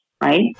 right